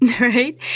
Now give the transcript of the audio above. right